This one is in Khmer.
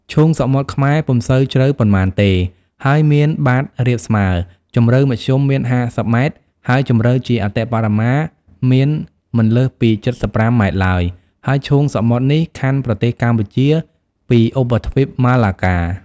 ឈូងសមុទ្រខ្មែរ ពុំសូវជ្រៅប៉ុន្មានទេ ហើយមានបាត រាបស្មើ ជំរៅមធ្យមមាន ៥០ម៉ែត្រ ហើយជម្រៅជាអតិបរមា មានមិនលើសពី ៧៥ម៉ែត្រឡើយ ហើយឈូងសមុទ្រនេះខ័ណ្ឌប្រទេសកម្ពុជាពីឧបទ្វីបម៉ាឡាកា ។